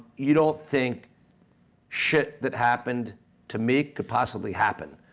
you don't think shit that happened to me could possibly happen.